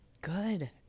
Good